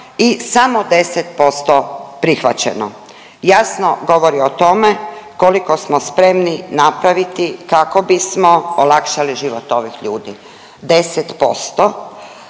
i samo 10% prihvaćeno, jasno govori o tome koliko smo spremni napraviti kako bismo olakšali život ovih ljudi 10%,